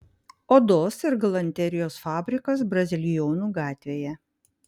odos ir galanterijos fabrikas bazilijonų gatvėje